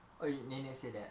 oh you nenek say that